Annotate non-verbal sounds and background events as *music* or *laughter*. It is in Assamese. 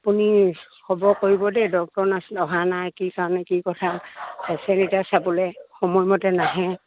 আপুনি হ'ব কৰিব দেই ডক্তৰ নাৰ্ছ অহা নাই কি কাৰণে কি কথা *unintelligible* চাবলে সময়মতে নাহে